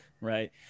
Right